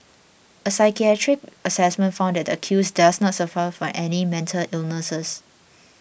a psychiatric assessment found that the accused does not suffer from any mental illness